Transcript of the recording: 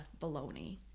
baloney